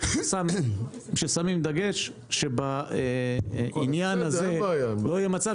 מאוד חשוב שכששמים דגש שבעניין הזה לא יהיה מצב